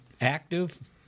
active